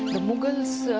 the mughals,